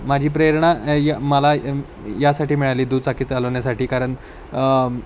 माझी प्रेरणा या मला यासाठी मिळाली दुचाकी चालवण्यासाठी कारण